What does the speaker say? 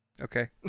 Okay